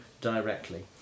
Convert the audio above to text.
directly